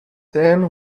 then